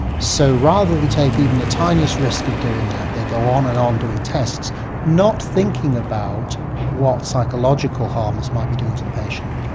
so rather than take even the tiniest risk of doing that, they go on and on doing tests not thinking about what psychological harm this might be doing to the patient.